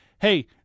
hey